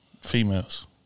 Females